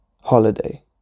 holiday